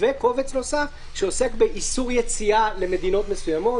וקובץ נוסף שעוסק באיסור יציאה למדינות מסוימות,